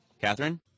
Catherine